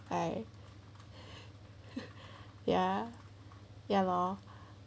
right ya ya lor